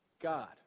God